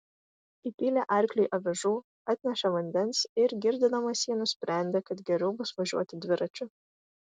įpylė arkliui avižų atnešė vandens ir girdydamas jį nusprendė kad geriau bus važiuoti dviračiu